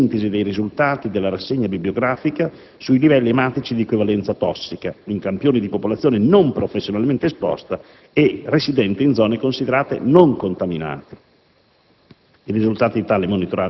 nonché a realizzare una sintesi dei risultati della rassegna bibliografica sui livelli ematici di equivalenza tossica (TEQ), in campioni di popolazione non professionalmente esposta e residente in zone considerate non contaminate.